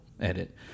edit